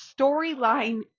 storyline